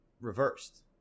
reversed